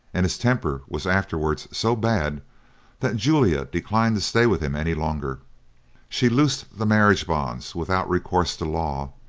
and his temper was afterwards so bad that julia declined to stay with him any longer she loosed the marriage bonds without recourse to law,